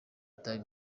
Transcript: itabi